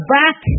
back